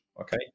Okay